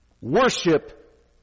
Worship